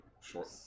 short